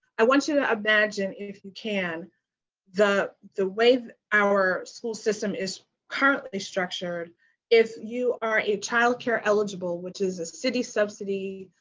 i want you to imagine if you can the the way our school system is currently structured if you are a child care eligible, which is a city subsidy